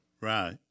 Right